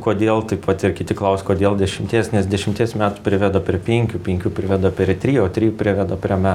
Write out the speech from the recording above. kodėl taip vat ir kiti klaus kodėl dešimties nes dešimties metų priveda prie penkių penkių priveda prie trijų o trijų priveda prie metų